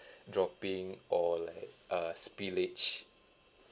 dropping or like uh spillage